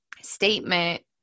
statement